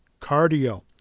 Cardio